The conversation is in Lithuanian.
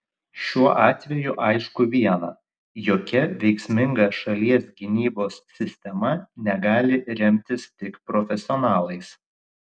šiuo atveju aišku viena jokia veiksminga šalies gynybos sistema negali remtis tik profesionalais